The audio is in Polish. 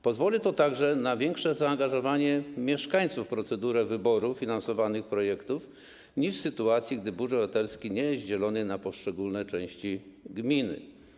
Pozwoli to także na większe zaangażowanie mieszkańców w procedurę wyboru finansowanych projektów niż w sytuacji, gdy budżet obywatelski nie jest dzielony na poszczególne części gminy.